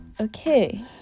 Okay